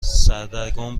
سردرگم